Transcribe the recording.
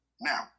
Now